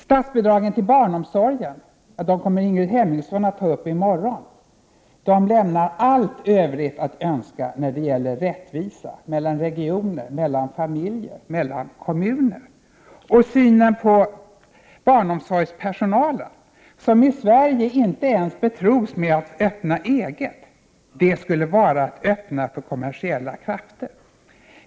Statsbidragen till barnomsorgen, vilka Ingrid Hemmingsson kommer att ta upp i morgon, lämnar allt övrigt att önska när det gäller rättvisa mellan regioner, familjer och kommuner. Synen på barnomsorgspersonalen innebär att denna inte ens betros med att öppna eget — det skulle vara att öppna för kommersiella krafter.